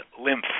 lymph